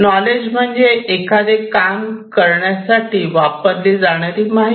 knowledge म्हणजे एखादे काम करण्यासाठी वापरली जाणारी माहिती